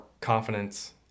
confidence